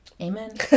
amen